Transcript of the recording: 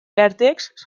vèrtexs